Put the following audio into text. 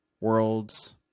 World's